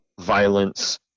violence